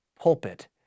pulpit